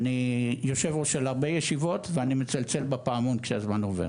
אני יושב ראש של הרבה ישיבות ואני מצלצל בפעמון כשהזמן עובר.